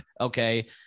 okay